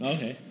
Okay